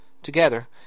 Together